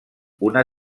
una